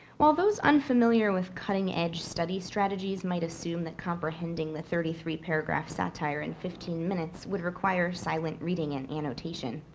while those unfamiliar with cutting edge study strategies might assume that comprehending the thirty three paragraph satire in fifteen minutes would require silent reading and annotation,